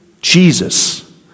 Jesus